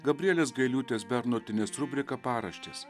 gabrielės gailiūtės bernotienės rubrika paraštės